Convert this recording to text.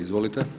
Izvolite.